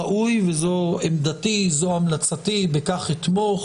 ראוי וצריך וזו עמדתי, זו המלצתי ובכך אתמוך